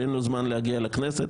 שאין לו זמן להגיע לכנסת.